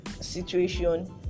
situation